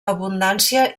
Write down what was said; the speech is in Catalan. abundància